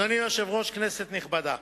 אדוני היושב-ראש, כנסת נכבדה,